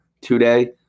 today